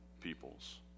peoples